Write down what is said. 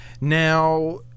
Now